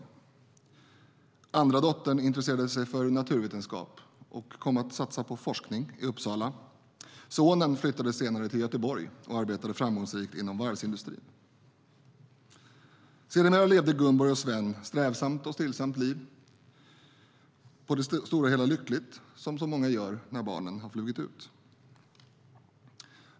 Den andra dottern intresserade sig för naturvetenskap och kom att satsa på forskning i Uppsala. Sonen flyttade senare till Göteborg där han arbetade framgångsrikt inom varvsindustrin. Sedermera levde Gunborg och Sven ett strävsamt men stillsamt liv, på det stora hela lyckligt som så många gör när barnen har flugit ut.